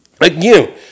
again